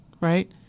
right